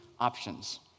options